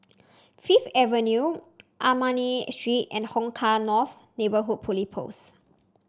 Fifth Avenue Armani Street and Hong Kah North Neighbourhood Police Post